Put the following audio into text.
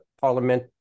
parliament